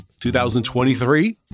2023